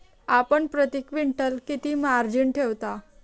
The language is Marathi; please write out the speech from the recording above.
आपण प्रती क्विंटल किती मार्जिन ठेवता?